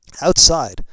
Outside